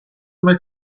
make